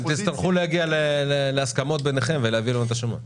אתם תצטרכו להגיע להסכמות ביניכם ולהביא לנו את השמות,